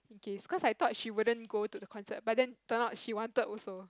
okay is cause I thought she wouldn't go to the concert but then turn out she wanted also